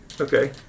Okay